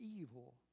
evil